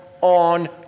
on